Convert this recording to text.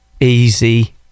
easy